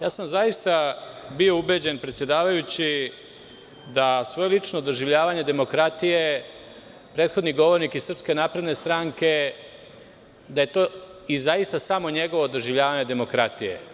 Ja sam zaista bio ubeđen predsedavajući da svoje lično doživljavanje demokratije prethodni govornik iz SNS da je to i zaista samo njegovo doživljavanje demokratije.